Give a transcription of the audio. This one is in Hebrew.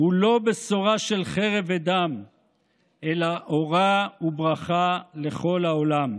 הוא לא בשורה של חרב ודם אלא אורה וברכה לכל העולם,